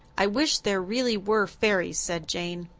i wish there really were fairies, said jane.